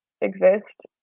exist